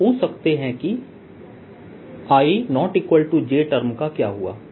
आप पूछ सकते हैं कि i ≠ j टर्म का क्या हुआ